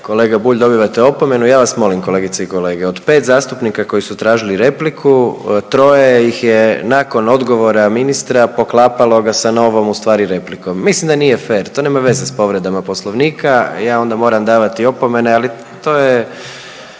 Kolega Bulj dobivate opomenu. Ja vam molim kolegice i kolege, od 5 zastupnika koji su tražili repliku, troje ih je nakon odgovora ministra poklapalo ga sa novom u stvari replikom. Mislim da nije fer. To nema veze s povredama Poslovnika. Ja onda moram davati opomene, ali to je